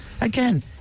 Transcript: Again